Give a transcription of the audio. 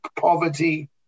poverty